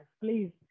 Please